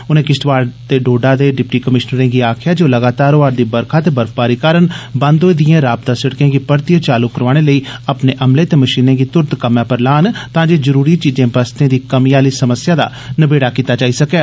उनें किष्तवाड़ ते डोडा दे डिप्टी कमिषनरें गी आखेआ ऐ जे ओह् लगातार होआ'रदी बरखा ते बर्फबारी कारण बंद होई दिएं राबता सिड़कें गी परतियै चालू करोआने लेई अपने अमले ते मषीनें गी तुरत कम्मै पर लान तांजे जरूरी चीजें बस्तें दी कमी आहली समस्या दा नबेड़ा कीता जाई सकै